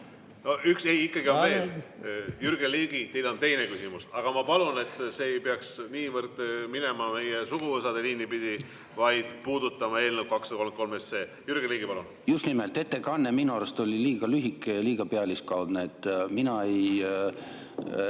üks ikkagi on veel. Jürgen Ligi, teil on teine küsimus. Aga ma palun, et see ei peaks niivõrd minema meie suguvõsade liini pidi, vaid puudutama eelnõu 233. Jürgen Ligi, palun! Just nimelt. Ettekanne minu arust oli liiga lühike ja liiga pealiskaudne. Mina ei